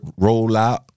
rollout